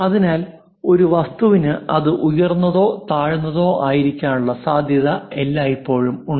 അതിനാൽ ഒരു വസ്തുവിന് അത് ഉയർന്നതോ താഴ്ന്നതോ ആയിരിക്കാനുള്ള സാധ്യത എല്ലായ്പ്പോഴും ഉണ്ട്